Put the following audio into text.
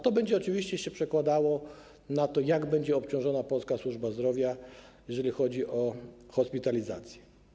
To oczywiście będzie się przekładało na to, jak będzie obciążona polska służba zdrowia, jeżeli chodzi o hospitalizację.